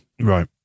Right